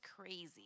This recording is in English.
crazy